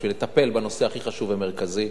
בשביל לטפל בנושא הכי חשוב ומרכזי.